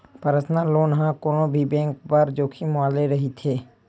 personal loan ह कोनो भी बेंक बर जोखिम वाले रहिथे